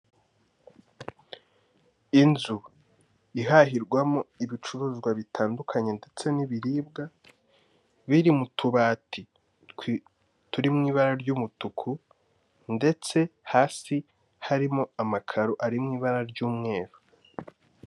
Inzu ihahirwamo ibicuruzwa bitandukanye ndetse n'ibiribwa, biri mu tubati turi mu ibara ry'umutuku ndetse hasi harimo amakaro ari mu ibara ry'umweru.